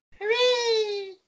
Hooray